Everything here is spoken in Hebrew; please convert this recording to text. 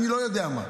אני לא יודע מה,